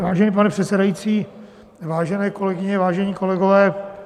Vážený pane předsedající, vážené kolegyně, vážení kolegové.